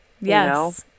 Yes